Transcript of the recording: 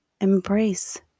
embrace